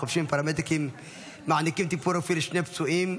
וחובשים ופרמדיקים מענקים טיפול רפואי לשני פצועים,